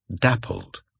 dappled